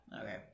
okay